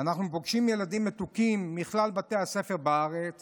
אנחנו פוגשים ילדים מתוקים מכלל בתי הספר בארץ